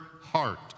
heart